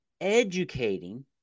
educating